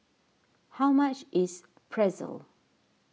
how much is Pretzel